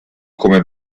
come